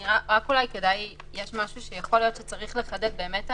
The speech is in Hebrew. אבל בלי אפשרות להטיל וטו או להתערב בהחלטות בעצמו.